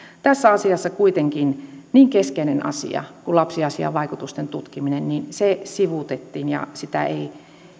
tässä asiassa kuitenkin niin keskeinen asia kuin lapsiasiavaikutusten tutkiminen sivutettiin ja ei